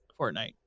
Fortnite